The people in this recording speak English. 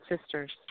sisters